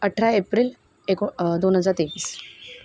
अठरा एप्रिल एको दोन हजार तेवीस